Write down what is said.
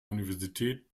universität